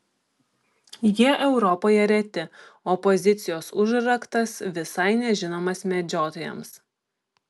jie europoje reti o pozicijos užraktas visai nežinomas medžiotojams